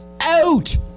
out